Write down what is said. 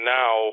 now